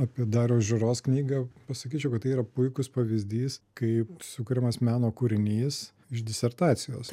apie dariaus žiūros knygą pasakyčiau kad tai yra puikus pavyzdys kaip sukuriamas meno kūrinys iš disertacijos